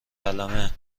قلمه